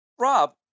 Rob